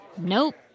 Nope